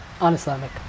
Un-Islamic